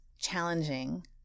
challenging